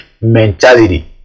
mentality